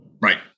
Right